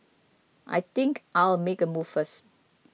I think I'll make a move first